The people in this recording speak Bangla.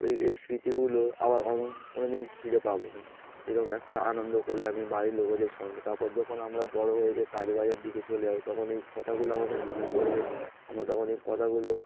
ও এই স্মৃতিগুলো আবার কোনো দিন ফিরে পাবো না যেরকম একটা আনন্দ করলে আমি বাড়ির লোকেদের সঙ্গে তারপর যখন আমরা বড়ো হয়ে গিয়ে কাজ বাজার দিকে চলে যাব তখন এই কথাগুলো আমাদের মনে পড়বে আমরা তখন এই কথাগুলো